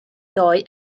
ddoe